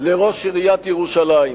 לראש עיריית ירושלים.